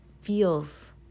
feels